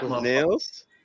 Nails